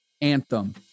anthem